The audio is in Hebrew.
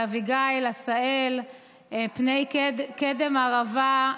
על אביגיל, עשהאל, קדם ערבה,